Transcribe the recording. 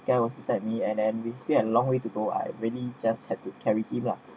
there was beside me and them between a long way to go I really just had to carry him lah